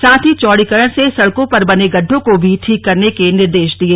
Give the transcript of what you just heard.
साथ ही चौड़ीकरण से सड़कों पर बने गड्डों को भी ठीक करने के निर्देश दिये